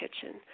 kitchen